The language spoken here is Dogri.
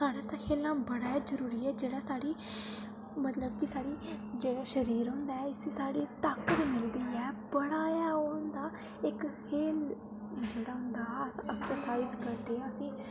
साढ़े आस्तै खेढना बड़ा जरूरी ऐ जेह्ड़ा साढ़ी मतलब की साढ़ी जेह्ड़ा शरीर होंदा ऐ इसी साढ़ी ताकत मिलदी ऐ बड़ा गै ओह् होंदा इक्क खेल जेह्ड़ा होंदा अस एक्सरसाईज करदे असें ई